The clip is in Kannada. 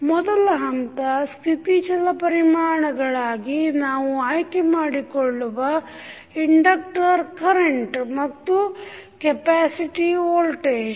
ಮೊದಲ ಹಂತ ಸ್ಥಿತಿ ಛಲ ಪರಿಮಾಣಗಳಾಗಿ ನಾವು ಆಯ್ಕೆಮಾಡಿಕೊಳ್ಳುವ ಇಂಡಕ್ಟರ್ ಕರೆಂಟ್ ಮತ್ತು ಕೆಪ್ಯಾಸಿಟಿ ವೋಲ್ಟೇಜ್